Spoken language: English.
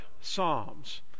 psalms